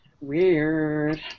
Weird